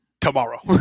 tomorrow